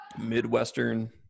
Midwestern